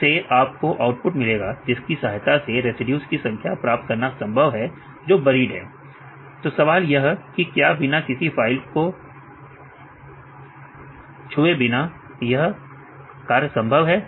इससे आपको आउटपुट मिलेगा जिसकी सहायता से रेसिड्यूज की संख्या प्राप्त करना संभव है जो बरीड हैं तो सवाल यह कि क्या बिना किसी फाइल कोछुए बिना क्या यह कार्य संभव है